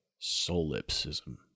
Solipsism